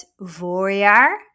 voorjaar